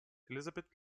elizabeth